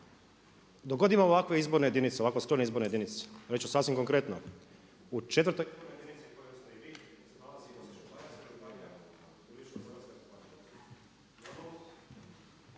Dok god imamo ovakve izborne jedinice, ovako ustrojene izborne jedinice, reći ću sasvim konkretno … /Upadica